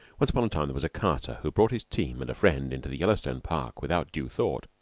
once upon a time there was a carter who brought his team and a friend into the yellowstone park without due thought.